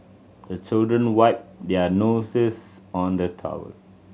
the children wipe their noses on the towel